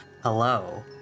Hello